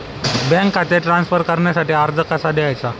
Bank खाते transfer करण्यासाठी अर्ज कसा लिहायचा?